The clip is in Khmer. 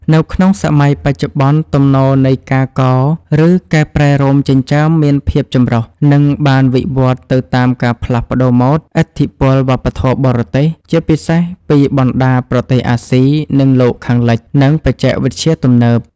នៅក្នុងសម័យបច្ចុប្បន្ន ទំនោរនៃការកោរ ឬកែប្រែរោមចិញ្ចើមមានភាពចម្រុះ និងបានវិវត្តន៍ទៅតាមការផ្លាស់ប្តូរម៉ូដ ឥទ្ធិពលវប្បធម៌បរទេស (ជាពិសេសពីបណ្តាប្រទេសអាស៊ី និងលោកខាងលិច) និងបច្ចេកវិទ្យាទំនើប។